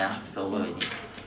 ya it's over already